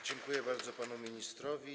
Dziękuję bardzo panu ministrowi.